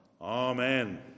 Amen